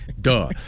duh